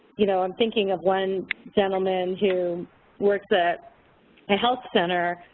you know, i'm thinking of one gentleman who works at a health center